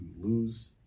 lose